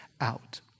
out